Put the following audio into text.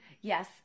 Yes